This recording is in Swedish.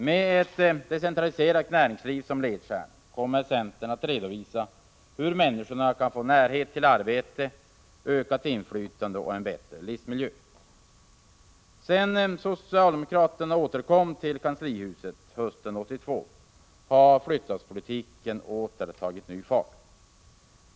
Med ett decentraliserat näringsliv som ledstjärna kommer centern att redovisa hur människorna kan få närhet till arbete, ökat inflytande och en bättre livsmiljö. Sedan socialdemokraterna återkom till kanslihuset hösten 1982 har flyttlasspolitiken tagit ny fart.